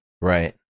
Right